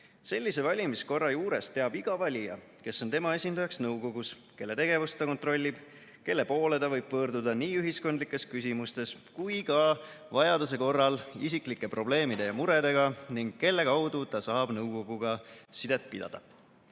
Sellise valimiskorra juures teab iga valija, kes on tema esindajaks nõukogus, kelle tegevust ta kontrollib, kelle poole ta võib pöörduda nii ühiskondlikes küsimustes kui ka vajaduse korral isiklike probleemide ja muredega ning kelle kaudu ta saab nõukoguga sidet pidada.